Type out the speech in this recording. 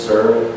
serve